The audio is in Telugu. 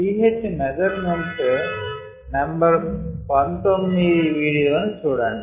pH మెజర్మెంట్ నెంబరు19 వీడియో ని చూడండి